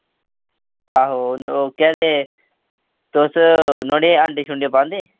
आहो ओह् केह् आखदे तुस नुआढ़े च अंडे शुंडे पांदे